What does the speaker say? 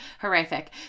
horrific